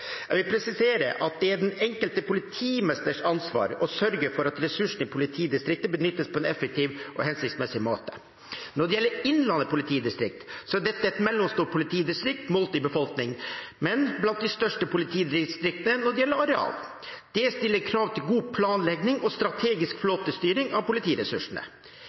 Jeg vil presisere at det er den enkelte politimesters ansvar å sørge for at ressursene i politidistriktet benyttes på en effektiv og hensiktsmessig måte. Når det gjelder Innlandet politidistrikt, er dette et mellomstort politidistrikt målt i befolkning, men blant de største politidistriktene når det gjelder areal. Det stiller krav til god planlegging og strategisk flåtestyring av politiressursene.